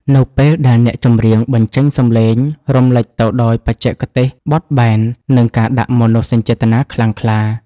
នៅពេលដែលអ្នកចម្រៀងបញ្ចេញសម្លេងរំលេចទៅដោយបច្ចេកទេសបត់បែន និងការដាក់មនោសញ្ចេតនាខ្លាំងក្លា